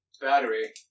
battery